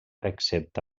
excepte